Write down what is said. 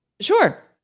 Sure